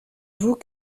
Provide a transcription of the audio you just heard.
vous